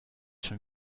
schon